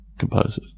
composers